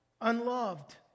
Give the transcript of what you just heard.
unloved